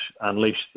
unleash